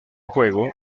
juego